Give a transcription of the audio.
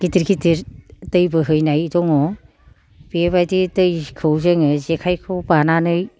गिदिर गिदिर दै बोहैनाय दङ बेबादि दैखौ जोङो जेखाइखौ बानानै